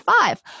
five